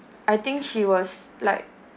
I think she was like